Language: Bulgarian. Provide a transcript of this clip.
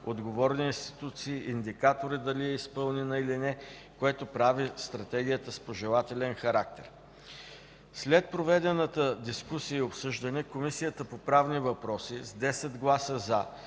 отговорни институции, индикатори дали е изпълнена или не, което прави Стратегията с пожелателен характер. След проведената дискусия и обсъждане, Комисията по правни въпроси с 10 гласа